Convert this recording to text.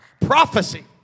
prophecy